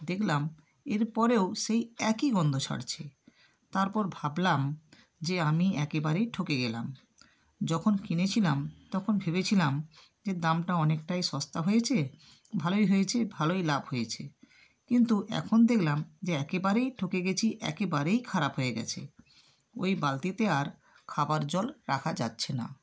দেখলাম এরপরেও সেই একই গন্দ ছাড়ছে তারপর ভাবলাম যে আমি একেবারেই ঠকে গেলাম যখন কিনেছিলাম তখন ভেবেছিলাম যে দামটা অনেকটাই সস্তা হয়েছে ভালোই হয়েছে ভালোই লাভ হয়েছে কিন্তু এখন দেকলাম যে একেবারেই ঠকে গেছি একেবারেই খারাপ হয়ে গেছে ওই বালতিতে আর খাবার জল রাখা যাচ্ছে না